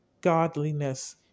Godliness